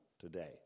today